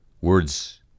Words